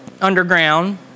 underground